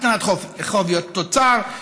הקטנת חוב תוצר,